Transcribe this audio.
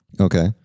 Okay